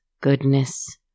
goodness